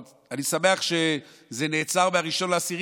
אני שמח שזה נעצר ב-1 באוקטובר,